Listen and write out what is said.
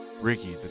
Ricky